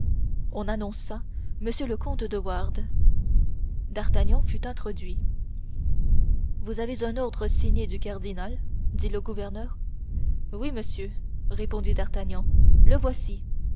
on annonça m le comte de wardes d'artagnan fut introduit vous avez un ordre signé du cardinal dit le gouverneur oui monsieur répondit d'artagnan le voici